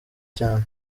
cyane